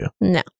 No